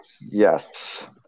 Yes